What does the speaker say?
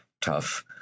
tough